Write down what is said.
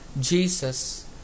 Jesus